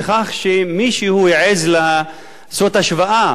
מכך שמישהו העז לעשות השוואה